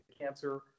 cancer